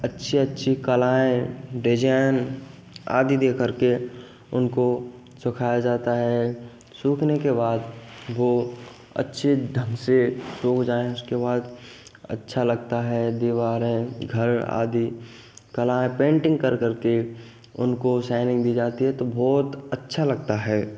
अच्छी अच्छी कलाएँ डिजैन आदि देकर के उनको सुखाया जाता है सूखने के बाद गो अच्छे ढंग से सूख जाए उसके बाद अच्छा लगता है दीवारें घर आदि कलाएँ पेंटिंग कर करके उनको शाइनिंग दी जाती है तो बहुत अच्छा लगता है